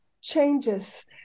changes